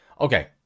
Okay